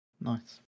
Nice